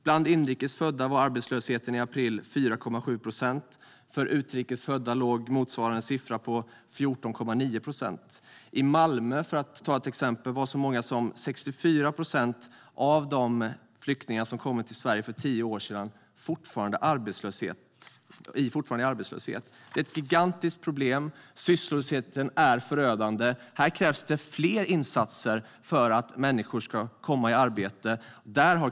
Bland inrikes födda var arbetslösheten i april 4,7 procent; för utrikes födda låg motsvarande siffra på 14,9 procent. I till exempel Malmö var så många som 64 procent av de flyktingar som kom till Sverige för tio år sedan fortfarande arbetslösa. Det är ett gigantiskt problem. Sysslolösheten är förödande. Här krävs det fler insatser för att människor ska komma i arbete.